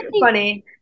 funny